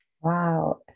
Wow